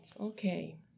Okay